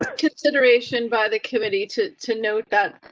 consideration by the committee to to note that.